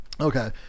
Okay